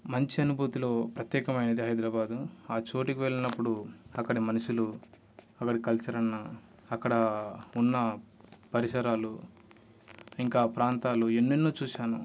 మంచి అనుభూతిలో ప్రత్యేకమైనది హైదరాబాదు ఆ చోటికి వెళ్ళినప్పుడు అక్కడి మనుషులు అక్కడి కల్చర్ అన్నా అక్కడ ఉన్న పరిసరాలు ఇంకా ప్రాంతాలు ఎన్నెన్నో చూసాను